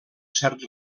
cert